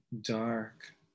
dark